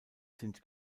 sind